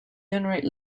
generate